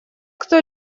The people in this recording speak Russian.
кто